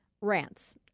rants